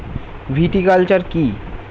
Viticulture কী?